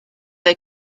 they